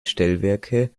stellwerke